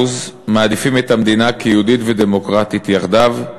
מעדיפים את המדינה כיהודית ודמוקרטית יחדיו,